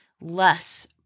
less